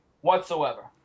whatsoever